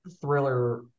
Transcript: thriller